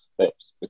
steps